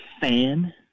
fan